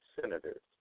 senators